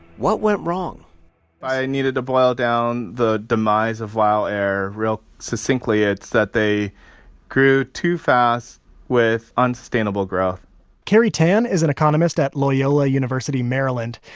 what went wrong? if i needed to boil down the demise of wow air real succinctly, it's that they grew too fast with unsustainable growth kerry tan is an economist at loyola university maryland.